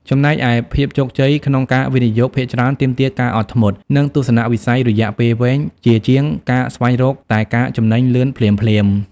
ចំណែកឯ ភាពជោគជ័យក្នុងការវិនិយោគភាគច្រើនទាមទារការអត់ធ្មត់ និងទស្សនវិស័យរយៈពេលវែង ជាជាងការស្វែងរកតែការចំណេញលឿនភ្លាមៗ។